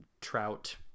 trout